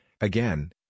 Again